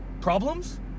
problems